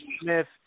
Smith